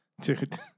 Dude